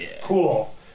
Cool